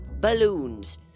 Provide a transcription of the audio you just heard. balloons